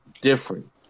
different